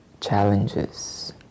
challenges